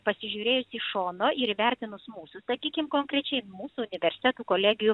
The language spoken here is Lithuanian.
pasižiūrėjus iš šono ir įvertinus mūsų sakykim konkrečiai mūsų universitetų kolegijų